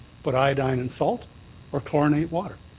but iodine in salt or chlorinate water.